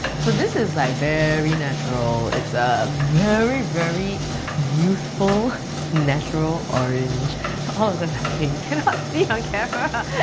so this is like very natural, it's a very, very youthful natural orange. all of them are saying cannot see on camera!